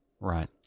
Right